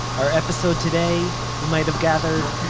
our episode today, you might have gathered,